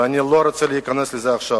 ואני לא רוצה להיכנס לזה עכשיו.